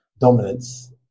dominance